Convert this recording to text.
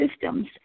systems